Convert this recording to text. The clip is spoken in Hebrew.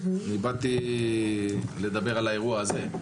באתי לדבר על האירוע הזה.